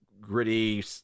gritty